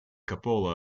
cupola